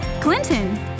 Clinton